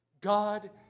God